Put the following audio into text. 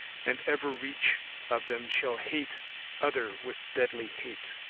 and evereach of them shall hate other with deadly hate.